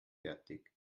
fertig